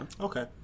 Okay